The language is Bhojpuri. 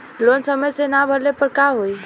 लोन समय से ना भरले पर का होयी?